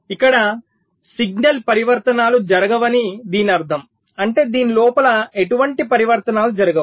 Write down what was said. ఇక్కడ సిగ్నల్ పరివర్తనాలు జరగవని దీని అర్థం అంటే దీని లోపల ఎటువంటి పరివర్తనాలు జరగవు